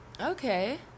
Okay